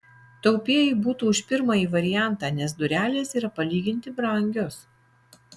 taupieji būtų už pirmąjį variantą nes durelės yra palyginti brangios